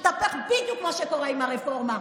שיתהפך בדיוק על מה שקורה עם הרפורמה.